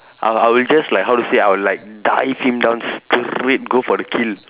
I I will just like how to say I'll like dive him down straight go for the kill